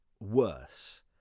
worse